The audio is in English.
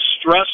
stress